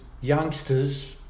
youngsters